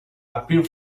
appear